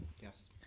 Yes